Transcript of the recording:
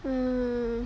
um